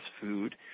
food